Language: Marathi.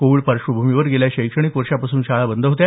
कोविड पार्श्वभूमीवर गेल्या शैक्षणिक वर्षापासून शाळा बंद होत्या